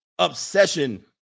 obsession